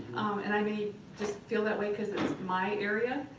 and i may just feel that way because it's my area,